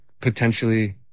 potentially